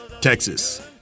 Texas